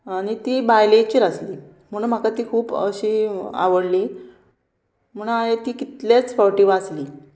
आनी ती बायलेचीर आसली म्हणून म्हाका ती खूब अशी आवडली म्हण हांवें ती कितलेच फावटीव आसली